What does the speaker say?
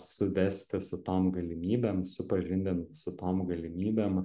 suvesti su tom galimybėm supažindint su tom galimybėm